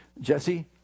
Jesse